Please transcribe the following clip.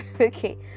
Okay